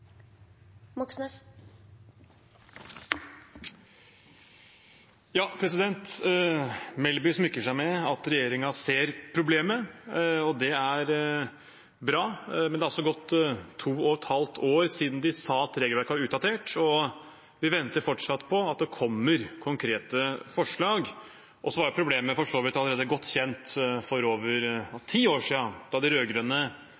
bra. Men det har altså gått to og et halvt år siden de sa at regelverket var utdatert, og vi venter fortsatt på at det kommer konkrete forslag. Så var problemet for så vidt allerede godt kjent for over ti år siden, da de